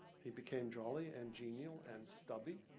he became jolly and genial and stubby.